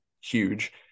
huge